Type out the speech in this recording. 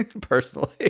personally